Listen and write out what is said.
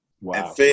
wow